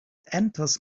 enters